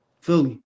Philly